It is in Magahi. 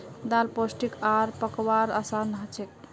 दाल पोष्टिक आर पकव्वार असान हछेक